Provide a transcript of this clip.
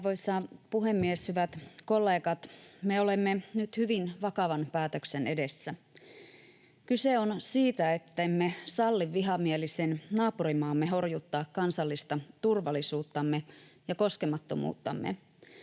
Arvoisa puhemies! Hyvät kollegat! Me olemme nyt hyvin vakavan päätöksen edessä. Kyse on siitä, ettemme salli vihamielisen naapurimaamme horjuttaa kansallista turvallisuuttamme ja koskemattomuuttamme.